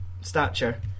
stature